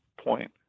point